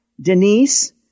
Denise